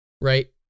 Right